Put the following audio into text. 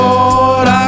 Lord